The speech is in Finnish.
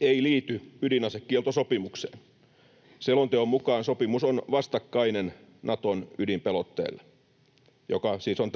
ei liity ydinasekieltosopimukseen. Selonteon mukaan sopimus on vastakkainen Naton ydinpelotteelle, joka siis on